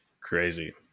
Crazy